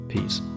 Peace